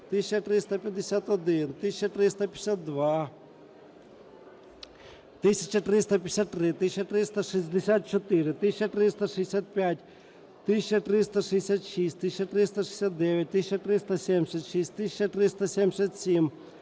1351, 1352, 1353, 1364, 1365, 1366, 1369, 1376, 1377,